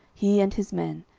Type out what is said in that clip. he and his men,